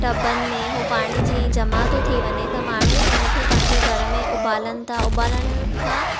टबनि में हो पाणी जीअं ई जमा तो थी वञे त माण्हूं हुन खे पंहिंजे घर में उॿारनि था उॿारण खां